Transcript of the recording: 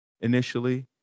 initially